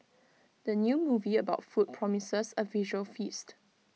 the new movie about food promises A visual feast